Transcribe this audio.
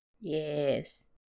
Yes